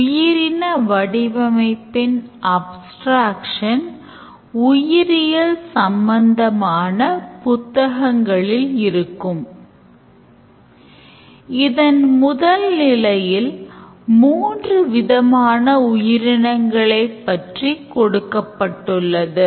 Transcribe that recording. Events களில் விதிவிலக்கான ஓட்டம் நடந்து கொண்டிருக்கும்போது மின்சாரம் செயலிழந்தால் பின்னர் பரிவர்த்தனை ரத்து செய்யப்பட்டு அட்டை வெளியேற்றப்படுகிறது